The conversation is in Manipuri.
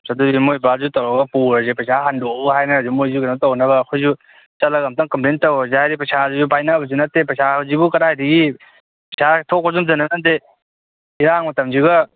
ꯑꯗꯨꯗꯤ ꯃꯣꯏꯕꯥꯁꯨ ꯇꯧꯔꯒ ꯄꯨꯔꯁꯦ ꯄꯩꯁꯥ ꯍꯟꯗꯣꯛꯎ ꯍꯥꯏꯅꯔꯁꯦ ꯃꯣꯏꯁꯨ ꯀꯩꯅꯣ ꯇꯧꯅꯕ ꯑꯩꯈꯣꯏꯁꯨ ꯆꯠꯂꯒ ꯑꯝꯇꯪ ꯀꯝꯄ꯭ꯂꯦꯟ ꯇꯧꯔꯁꯦ ꯍꯥꯏꯗꯤ ꯄꯩꯁꯥꯁꯤꯁꯨ ꯄꯥꯏꯅꯕꯁꯨ ꯅꯠꯇꯦ ꯄꯩꯁꯥꯁꯤꯕꯨ ꯀꯗꯥꯏꯗꯒꯤ ꯄꯩꯁꯥ ꯊꯣꯛꯄꯁꯨ ꯑꯝꯇ ꯅꯠꯅꯗꯦ ꯏꯔꯥꯡ ꯃꯇꯝꯁꯤꯒ